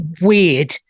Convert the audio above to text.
weird